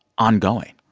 ongoing.